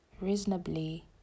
reasonably